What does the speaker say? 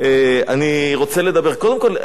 קודם כול יש פה גם עניין נוסף.